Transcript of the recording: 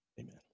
amen